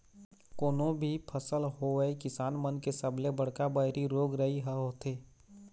कोनो भी फसल होवय किसान मन के सबले बड़का बइरी रोग राई ह होथे